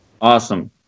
Awesome